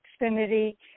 Xfinity